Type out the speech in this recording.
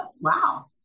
wow